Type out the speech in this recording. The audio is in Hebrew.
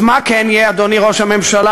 אז מה כן יהיה, אדוני ראש הממשלה?